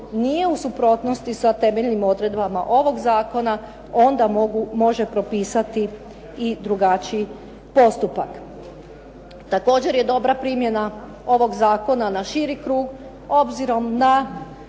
nije u suprotnosti sa temeljnim odredbama ovog zakona, onda može propisati i drugačiji postupak. Također je dobra primjena ovog zakona na širi krug obzirom na